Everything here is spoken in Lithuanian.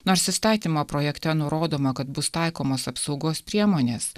nors įstatymo projekte nurodoma kad bus taikomos apsaugos priemonės